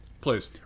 Please